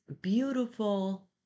beautiful